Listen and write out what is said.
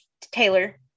Taylor